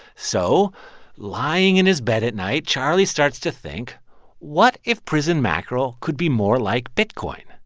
so lying in his bed at night, charlie starts to think what if prison mackerel could be more like bitcoin?